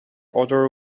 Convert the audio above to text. other